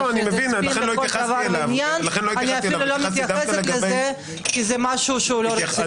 אני אפילו לא מתייחסת לזה כי זה משהו שהוא לא רציני.